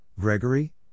Gregory